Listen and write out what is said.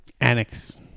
Annex